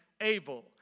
able